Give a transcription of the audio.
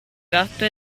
gatto